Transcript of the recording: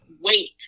wait